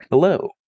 Hello